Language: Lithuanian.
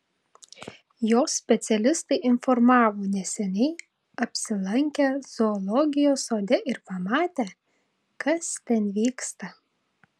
jos specialistai informavo neseniai apsilankę zoologijos sode ir pamatę kas ten vyksta